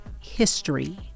history